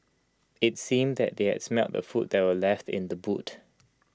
IT seemed that they had smelt the food that were left in the boot